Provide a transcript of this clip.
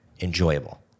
enjoyable